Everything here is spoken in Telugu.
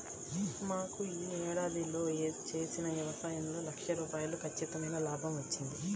మాకు యీ ఏడాది చేసిన యవసాయంలో లక్ష రూపాయలు ఖచ్చితమైన లాభం వచ్చింది